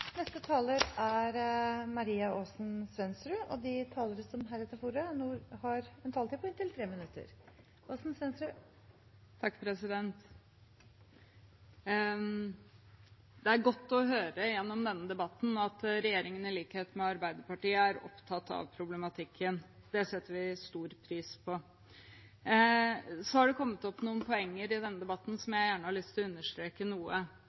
godt å høre gjennom denne debatten at regjeringen i likhet med Arbeiderpartiet er opptatt av problematikken. Det setter vi stor pris på. Så har det kommet opp noen poenger i denne debatten som jeg har lyst til å understreke noe,